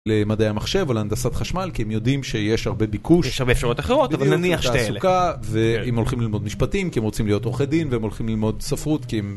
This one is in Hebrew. למדעי המחשב או להנדסת חשמל, כי הם יודעים שיש הרבה ביקוש. יש הרבה אפשרויות אחרות, אבל נניח שתי אלה. והם הולכים ללמוד משפטים, כי הם רוצים להיות עורכי דין, והם הולכים ללמוד ספרות, כי הם...